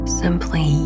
simply